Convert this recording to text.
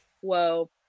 Whoa